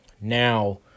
Now